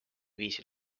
viisi